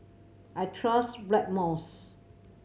I trust Blackmores